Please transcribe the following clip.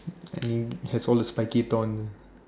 and it has all the spikey down the